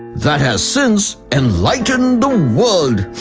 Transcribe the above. that has since, enlightened the world.